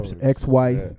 ex-wife